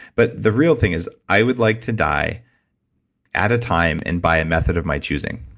but the real thing is i would like to die at a time and by a method of my choosing.